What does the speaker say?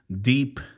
deep